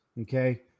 okay